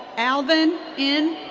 alvin n.